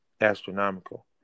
astronomical